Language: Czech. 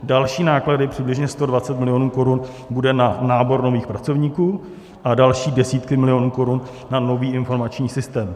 Další náklady, přibližně 120 milionů korun, bude na nábor nových pracovníků a další desítky milionů korun na nový informační systém.